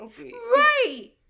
right